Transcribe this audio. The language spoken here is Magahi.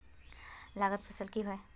लागत फसल की होय?